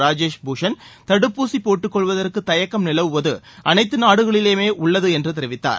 ராஜேஷ் பூஷண் தடுப்பூசி போட்டுக் கொள்வதற்கு தயக்கம் நிலவுவது அனைத்து நாடுகளிலுமே உள்ளது என்று தெரிவித்தார்